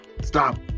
Stop